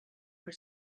for